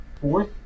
Fourth